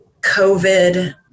COVID